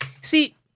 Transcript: See